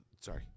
Sorry